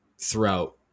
throughout